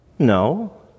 no